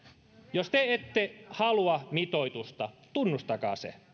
jos te ette halua mitoitusta tunnustakaa se